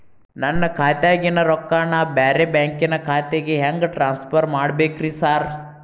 ನನ್ನ ಖಾತ್ಯಾಗಿನ ರೊಕ್ಕಾನ ಬ್ಯಾರೆ ಬ್ಯಾಂಕಿನ ಖಾತೆಗೆ ಹೆಂಗ್ ಟ್ರಾನ್ಸ್ ಪರ್ ಮಾಡ್ಬೇಕ್ರಿ ಸಾರ್?